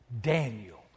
Daniel